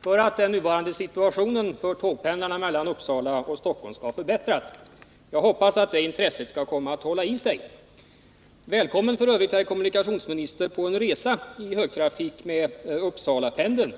för att den nuvarande situationen för dem som tågpendlar mellan Uppsala och Stockholm skall förbättras. Jag hoppas att det intresset skall komma att hålla i sig. Välkommen, herr kommunikationsminister, på en resa i högtrafik med Uppsalapendeln!